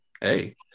hey